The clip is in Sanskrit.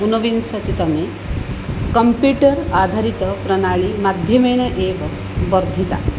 ऊनविंशतितमे कम्प्यूटर् आधारितप्रणालीमाध्यमेन एव वर्धिता